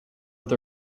with